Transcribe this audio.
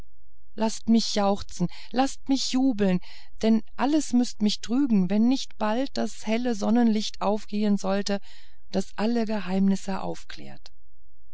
laßt mich jauchzen laßt mich jubeln denn alles müßte mich trügen wenn nicht bald das helle sonnenlicht aufgehen sollte das alle geheimnisse aufklärt